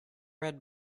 red